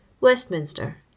Westminster